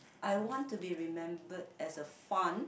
I want to be remembered as a fun